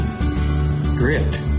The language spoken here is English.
Grit